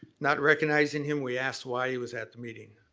not recognizing him, we asked why he was at the meeting.